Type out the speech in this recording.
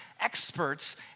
experts